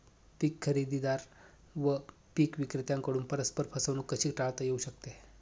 पीक खरेदीदार व पीक विक्रेत्यांकडून परस्पर फसवणूक कशी टाळता येऊ शकते?